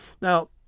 Now